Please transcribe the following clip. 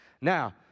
Now